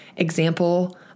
example